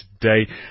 today